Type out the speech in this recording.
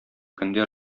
көндә